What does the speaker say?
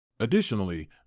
Additionally